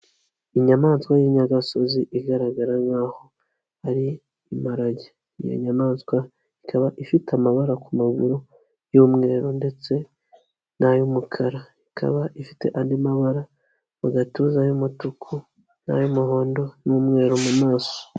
Inyamaswa y'inyagasozi igaragara nk'aho ari imparage, iyo nyamaswa ikaba ifite amabara ku maguru y'umweru ndetse n'ay'umukara, ikaba ifite andi mabara mu gatuza y'umutuku n'ay'umuhondo n'umweru mu maso.